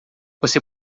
você